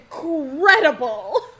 incredible